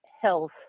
health